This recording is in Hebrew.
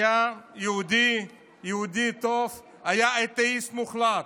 היה יהודי טוב, היה אתאיסט מוחלט,